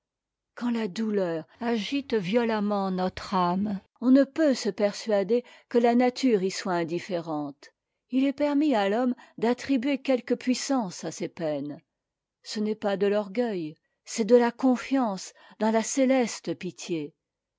quand la douleur agite violemment notre âme on ne peut se persuader que la nature y soit indifférente il est permis à l'homme d'attribuer quelque puissance à ses peines ce n'est pas de l'orgueil c'est de la confiance dans la céleste pitié